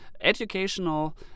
educational